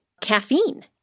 caffeine